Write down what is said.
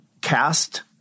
cast